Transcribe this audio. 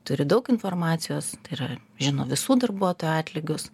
turi daug informacijos tai yra žino visų darbuotojų atlygius